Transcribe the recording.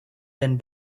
been